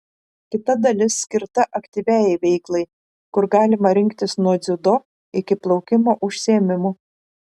kita dalis skirta aktyviajai veiklai kur galima rinktis nuo dziudo iki plaukimo užsiėmimų